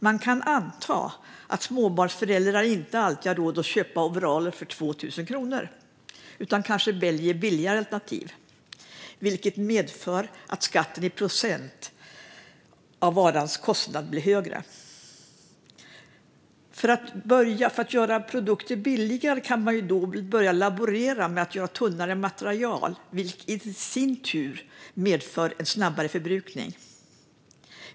Man kan anta att småbarnsföräldrar inte alltid har råd att köpa overaller för 2 000 kronor utan kanske väljer billigare alternativ, vilket medför att skatten i procent av varans kostnad blir högre. För att göra produkter billigare kan man börja laborera med tunnare material, vilket i sin tur medför en snabbare förbrukning.